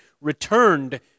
returned